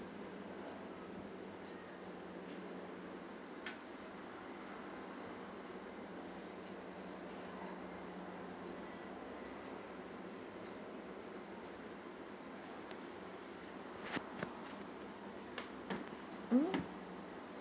mm